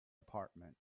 apartment